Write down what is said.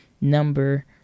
number